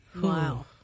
Wow